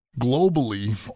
globally